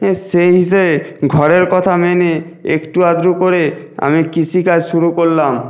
এ সেই হিসেবে ঘরের কথা মেনে একটু আধটু করে আমি কৃষিকাজ শুরু করলাম